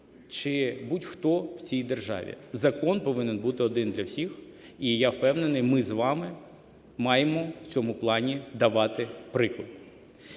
чи будь-хто в цій державі. Закон повинен бути один для всіх, і я впевнений, ми з вами маємо в цьому плані давати приклад.